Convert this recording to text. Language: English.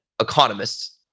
economists